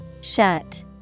shut